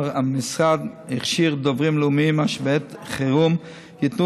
המשרד הכשיר דוברים לאומיים אשר בעת חירום ייתנו